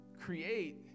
create